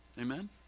Amen